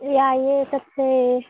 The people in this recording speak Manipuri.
ꯌꯥꯏꯑꯦ ꯆꯠꯁꯦ